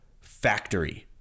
factory